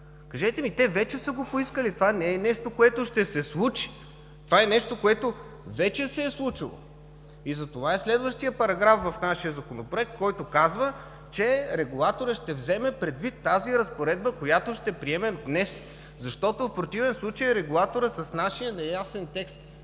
Кажете ми, те вече са го поискали. Това не е нещо, което ще се случи. Това е нещо, което вече се е случило. Затова е следващият параграф в нашия Законопроект, който казва, че регулаторът ще вземе предвид тази разпоредба, която ще приемем днес, защото в противен случай регулаторът с нашия неясен текст